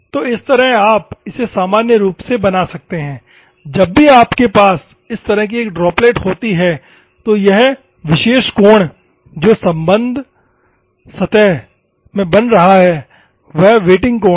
तो इस तरह आप इसे सामान्य रूप से बना सकते हैं जब भी आपके पास इस तरह की एक ड्रॉपलेट होती है तो यह विशेष कोण जो सतह के संबंध में बना रहा है वह वेटिंग कोण है